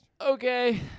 Okay